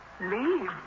Leave